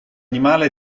animale